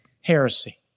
heresy